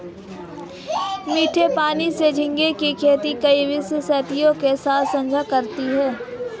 मीठे पानी में झींगे की खेती कई विशेषताओं के साथ साझा करती है